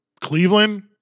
Cleveland